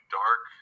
dark